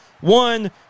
one